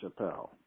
Chappelle